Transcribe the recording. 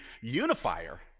unifier